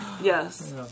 Yes